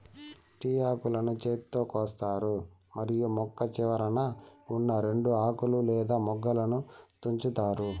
tea ఆకులను చేతితో కోస్తారు మరియు మొక్క చివరన ఉన్నా రెండు ఆకులు లేదా మొగ్గలను తుంచుతారు